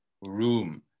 room